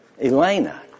Elena